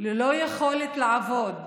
ללא יכולת לעבוד,